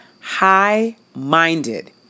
high-minded